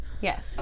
Yes